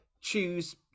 choose